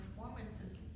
performances